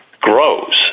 grows